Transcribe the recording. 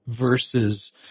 versus